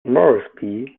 moresby